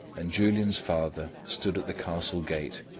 and julian's father stood at the castle gate,